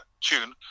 tune